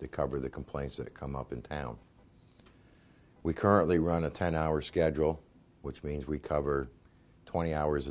the cover the complaints that come up in town we currently run a ten hour schedule which means we cover twenty hours